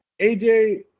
AJ